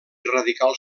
radical